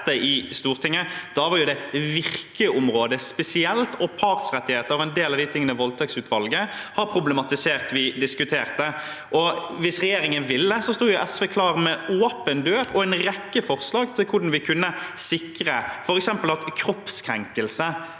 Da var det virkeområdet spesielt og partsrettigheter, som var en del av de tingene voldtektsutvalget har problematisert, vi diskuterte. Hvis regjeringen ville, sto jo SV klar med åpen dør og en rekke forslag til hvordan vi kunne sikre f.eks. at kroppskrenkelse